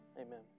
amen